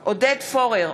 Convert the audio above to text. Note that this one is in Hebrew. עודד פורר,